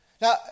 Now